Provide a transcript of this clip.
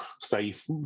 safe